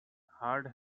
hard